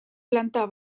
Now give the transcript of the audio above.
planta